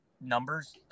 numbers